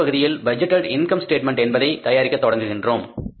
அடுத்த பகுதியில் budgeted income statement என்பதை தயாரிக்க தொடங்குவோம்